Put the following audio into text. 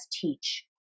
teach